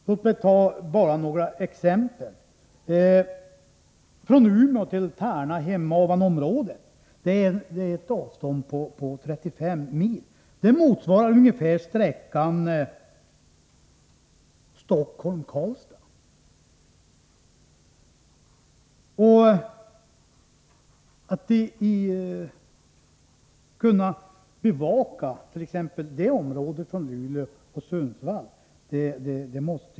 Jag vill anföra några exempel. Sträckan mellan Umeå och Tärna Hemavanområdet — ett avstånd på 35 mil — motsvarar i det närmaste sträckan Stockholm-Karlstad. Det måste vara svårt att sköta bevakningen av ett så omfattande område från Luleå och Sundsvall.